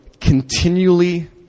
continually